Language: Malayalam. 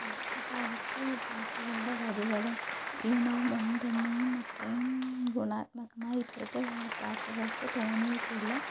പണ്ടത്തെക്കാലത്തെ പാട്ടുകളുടെ വരികളും ഈണവും ഒന്നും തന്നെയും അത്രയും ഗുണാത്മകമായി ഇപ്പോഴത്തെ പാട്ടുകൾക്ക് തോന്നിയിട്ടില്ല